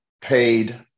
paid